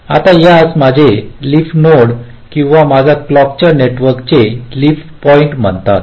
आता यास माझे लीफ नोड किंवा माझ्या क्लॉक च्या नेटवर्क चे लीफ पॉइंट्स म्हणतात